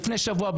לפני שבוע,